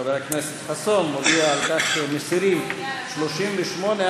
חבר הכנסת חסון מודיע שמסירים את 38 51,